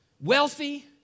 Wealthy